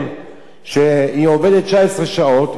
כשהיא עובדת 19 שעות, היא מקבלת משרה מלאה,